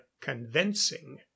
convincing